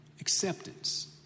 acceptance